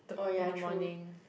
t~ in the morning